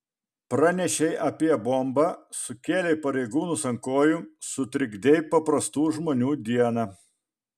pranešei apie bombą sukėlei pareigūnus ant kojų sutrikdei paprastų žmonių dieną